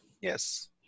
Yes